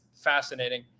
fascinating